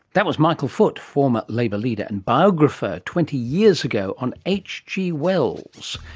that was michael foot, former labour leader and biographer, twenty years ago, on hg wells.